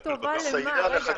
--- מספיק טובה למה?